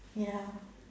ya